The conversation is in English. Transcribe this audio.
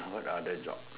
what other jobs